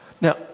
Now